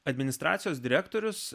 administracijos direktorius